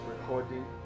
recording